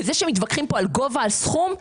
וזה שמתווכחים פה על גובה הסכום?